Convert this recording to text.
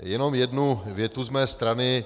Jenom jednu větu z mé strany.